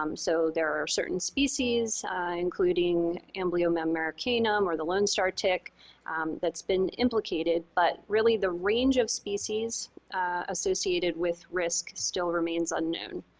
um so there are certain species including amblyomma americanum or the lone star tick that's been implicated, but really the range of species associated with risk still remains unknown.